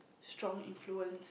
strong influence